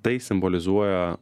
tai simbolizuoja